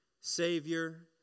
savior